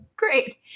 great